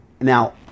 Now